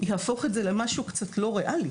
יהפוך את זה למשהו קצת לא ריאלי.